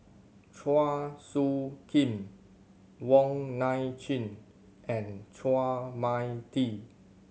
Chua Soo Khim Wong Nai Chin and Chua Mia Tee